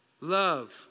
love